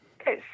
Okay